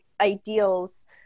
ideals